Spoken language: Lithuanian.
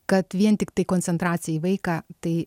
kad vien tiktai koncentracija į vaiką tai